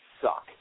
suck